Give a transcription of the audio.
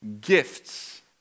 gifts